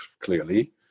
clearly